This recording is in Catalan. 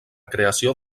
creació